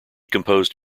composed